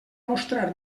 mostrar